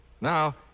Now